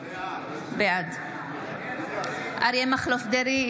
בעד אריה מכלוף דרעי,